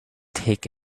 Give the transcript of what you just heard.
take